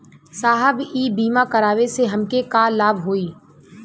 साहब इ बीमा करावे से हमके का लाभ होई?